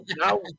now